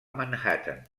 manhattan